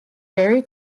berry